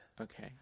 Okay